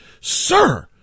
Sir